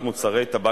רם טלי,